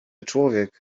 człowiek